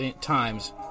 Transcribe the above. times